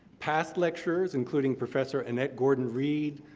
past lecturers, including professor annette gordon-reed,